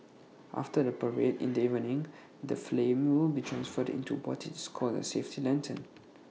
after the parade in the evening the flame will be transferred into what is called A safety lantern